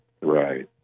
Right